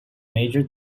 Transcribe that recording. major